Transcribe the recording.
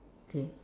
okay